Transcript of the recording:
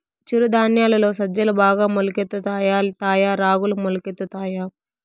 చిరు ధాన్యాలలో సజ్జలు బాగా మొలకెత్తుతాయా తాయా రాగులు మొలకెత్తుతాయా